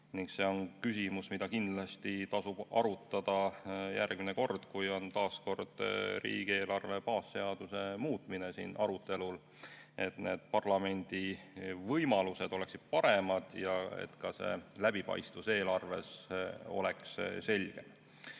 See on küsimus, mida kindlasti tasub arutada järgmine kord, kui on taas riigieelarve baasseaduse muutmine siin arutelul, et parlamendi võimalused oleksid paremad ja eelarve läbipaistvus oleks selgem.